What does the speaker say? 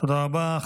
תודה רבה.